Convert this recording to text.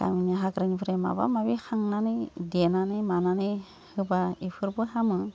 गामिनि हाग्रानिफ्राय माबा माबि खांनानै देनानै मानानै होबा एफोरबो हामो